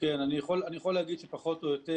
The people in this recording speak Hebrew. אנחנו יודעים, פחות או יותר,